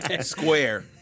Square